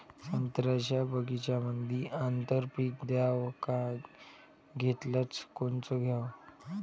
संत्र्याच्या बगीच्यामंदी आंतर पीक घ्याव का घेतलं च कोनचं घ्याव?